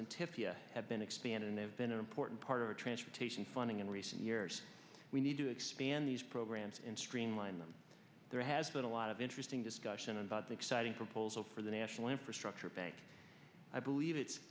to have been expanded and they have been an important part of our transportation funding in recent years we need to expand these programs in streamline them there has been a lot of interesting discussion about the exciting proposal for the national infrastructure bank i believe it's